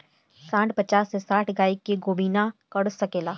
सांड पचास से साठ गाय के गोभिना कर सके ला